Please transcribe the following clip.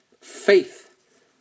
faith